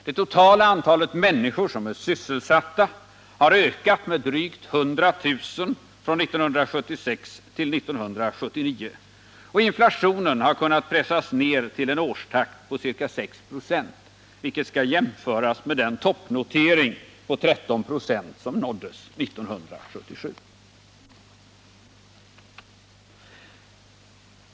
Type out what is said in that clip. Det totala antalet människor som är sysselsatta har ökat med drygt 100 000 från 1976 till 1979, och inflationen har kunnat pressas ned till en årstakt på ca 6 96, vilket kan jämföras med den topprotering på 13 26 som nåddes 1977.